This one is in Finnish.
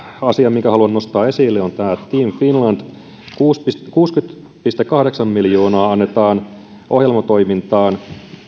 asia minkä haluan nostaa esille on team finland kuusikymmentä pilkku kahdeksan miljoonaa annetaan ohjelmatoimintaan